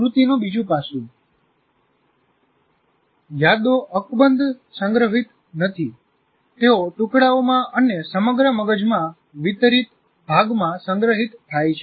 સ્મૃતિનું બીજું પાસું યાદો અકબંધ સંગ્રહિત નથી તેઓ ટુકડાઓમાં અને સમગ્ર મગજમાં વિતરિત ભાગમાં સંગ્રહિત થાય છે